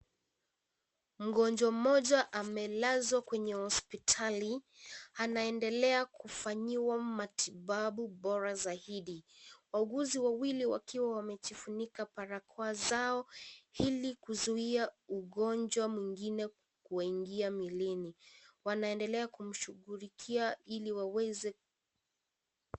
Mgonjwa mmoja amelazwa kwenye hospitali, ameendelea kufanyiwa matibabu bora zaidi, wauguzi wawili wakiwa wamejifunika barakoa zao, hili kuzuia ugonjwa mwingine kuwaingia miilini, wanaendelea kumshugulikia ili waweze.